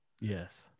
Yes